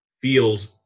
feels